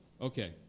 Okay